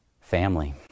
family